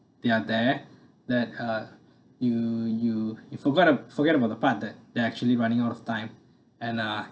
they are there that uh you you you forgot a forget about the part that they actually running out of time and uh